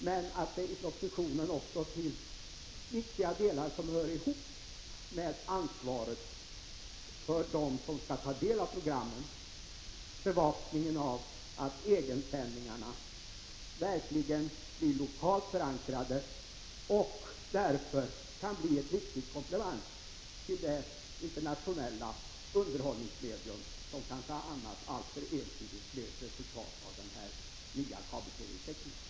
Vissa delar av propositionen är vidare viktiga vad gäller ansvaret för dem som skall ta del av programmen. Det gäller att se till att bevakningen av egensändning I arna verkligen blir lokalt förankrad. Således kan dessa bli ett viktigt I komplement till det internationella underhållningsmedium som kanske annars skulle ha förekommit alltför ensidigt som ett resultat av den nya utvecklingen på kabel-TV-området.